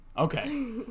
Okay